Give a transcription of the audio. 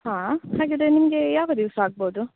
ಹಾಂ ಹಾಗಿದ್ದರೆ ನಿಮಗೆ ಯಾವ ದಿವಸ ಆಗ್ಬೋದು